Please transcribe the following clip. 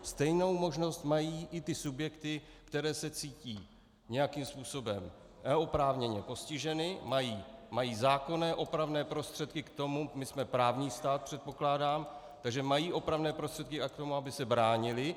Stejnou možnost mají i ty subjekty, které se cítí nějakým způsobem oprávněně postiženy, mají zákonné opravné prostředky k tomu my jsme právní stát, předpokládám, takže mají opravné prostředky k tomu, aby se bránily.